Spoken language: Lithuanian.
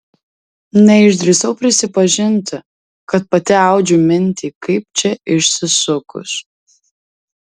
neišdrįsau prisipažinti kad pati audžiu mintį kaip čia išsisukus